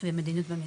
ומדיניות במשרד.